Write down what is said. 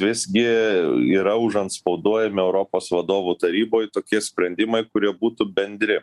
visgi yra užantspauduojami europos vadovų taryboj tokie sprendimai kurie būtų bendri